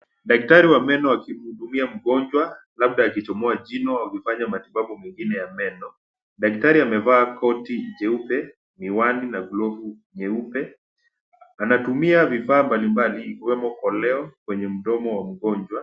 Daktari wa meno akimhumia mgonjwa labda akichomoa jino au akifanya matibabu mengine ya meno. Daktari amevaa koti jeupe, miwani na glovu nyeupe. Anatumia vifaa mbalimbali ikiwemo poleo kwenye mdomo wa mgonjwa.